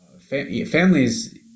families